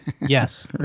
Yes